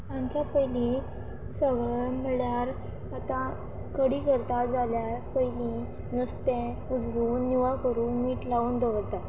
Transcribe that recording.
रांदच्या पयलीं सगळें म्हळ्यार आतां कडी करता जाल्यार पयलीं नुस्तें उजरावून निवळ करून मीठ लावून दवरता